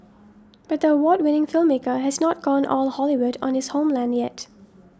but the award winning filmmaker has not gone all the Hollywood on his homeland yet